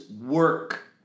work